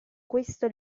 questo